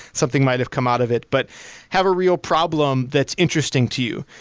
something might've come out of it. but have a real problem that's interesting to you.